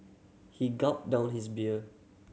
he gulped down his beer